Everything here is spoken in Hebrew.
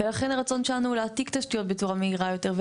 ולכן הרצון שלנו הוא להעתיק תשתיות בצורה מהירה יותר,